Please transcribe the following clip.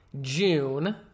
June